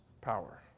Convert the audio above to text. power